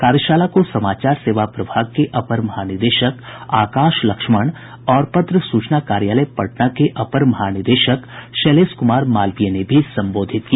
कार्यशाला को समाचार सेवा प्रभाग के अपर महानिदेशक आकाश लक्ष्मण और पत्र सूचना कार्यालय पटना के अपर महानिदेशक शैलेश कुमार मालवीय ने भी संबोधित किया